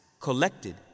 Collected